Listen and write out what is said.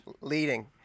Leading